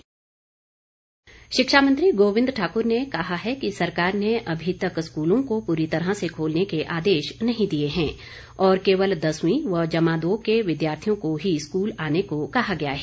गोविंद ठाकुर शिक्षा मंत्री गोविंद ठाकुर ने कहा है कि सरकार ने अभी तक स्कूलों को पूरी तरह से खोलने के आदेश नहीं दिए हैं और केवल दसवीं व जमा दो के विद्यार्थियों को ही स्कूल आने को कहा गया है